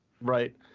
Right